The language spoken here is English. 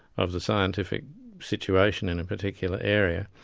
of the scientific situation in a particular area,